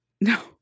No